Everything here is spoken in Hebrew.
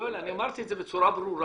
יואל, אני אמרתי את זה בצורה ברורה.